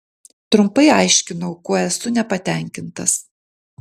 trumpai aiškinau kuo esu nepatenkintas